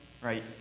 right